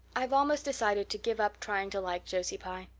i've almost decided to give up trying to like josie pye.